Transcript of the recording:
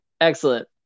Excellent